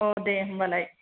औ दे होम्बालाय